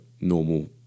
normal